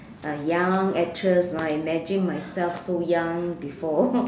a young actress right imagine myself so young before